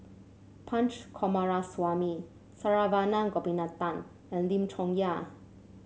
Punch Coomaraswamy Saravanan Gopinathan and Lim Chong Yah